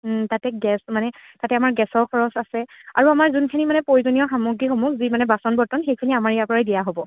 তাতে গেছ মানে তাতে আমাৰ গেছৰ খৰচ আছে আৰু আমাৰ যোনখিনি মানে প্ৰয়োজনীয় সামগ্ৰীসমূহ যি মানে বাচন বৰ্তন সেইখিনি আমাৰ ইয়াৰ পৰাই দিয়া হ'ব